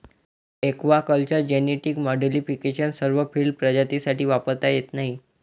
aquaculture genetic modification सर्व field प्रजातींसाठी वापरता येत नाही